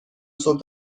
صبح